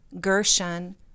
Gershon